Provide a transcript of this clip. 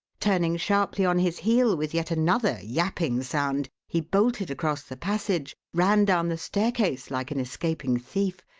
turning sharply on his heel with yet another yapping sound, he bolted across the passage, ran down the staircase like an escaping thief,